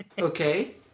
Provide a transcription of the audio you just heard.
Okay